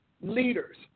leaders